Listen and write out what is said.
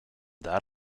that